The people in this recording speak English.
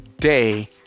day